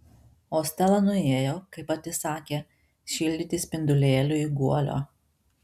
o stela nuėjo kaip pati sakė šildyti spindulėliui guolio